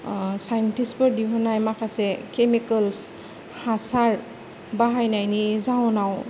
scientist फोर दिहुननाय माखासे केमिकेल्स हासार बाहायनायनि जाउनाव